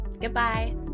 Goodbye